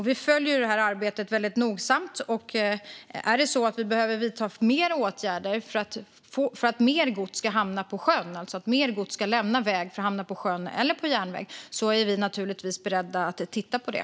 Vi följer arbetet väldigt nogsamt, och är det så att vi behöver vidta fler åtgärder för att mer gods ska lämna vägarna för att hamna på sjön eller på järnväg är vi naturligtvis beredda att titta på det.